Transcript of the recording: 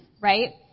right